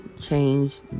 change